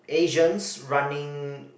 Asian's running